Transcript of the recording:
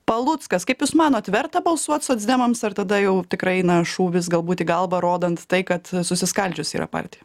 paluckas kaip jūs manot verta balsuot socdemams ar tada jau tikrai eina šūvis galbūt į galvą rodant tai kad susiskaldžius yra partija